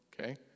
Okay